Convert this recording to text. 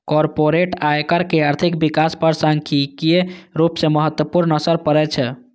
corporate आयकर के आर्थिक विकास पर सांख्यिकीय रूप सं महत्वपूर्ण असर पड़ै छै